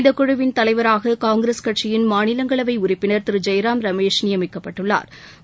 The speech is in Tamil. இந்த குழுவின் தலைவராக காங்கிரஸ் கட்சியின் மாநிலங்களவை உறுப்பினர் திரு ஜெயராம் ரமேஷ் நியமிக்கப்பட்டுள்ளா்